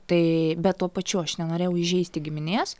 tai bet tuo pačiu aš nenorėjau įžeisti giminės